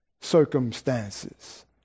circumstances